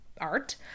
art